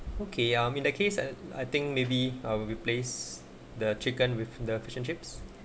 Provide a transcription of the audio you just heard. okay I'm in the case and I think maybe i'll replace the chicken with the fish and chips